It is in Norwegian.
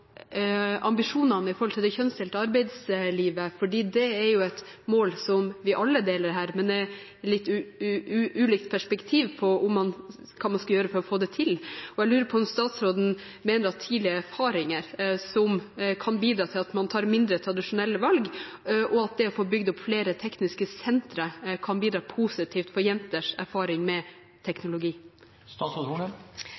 ambisjonene med tanke på det kjønnsdelte arbeidslivet, for det er et mål som vi alle deler her, men det er litt ulikt perspektiv på hva man skal gjøre for å få det til. Jeg lurer på om statsråden mener at tidlige erfaringer – som kan bidra til at man tar mindre tradisjonelle valg – og det å få bygd opp flere tekniske sentre kan bidra positivt til jenters erfaring med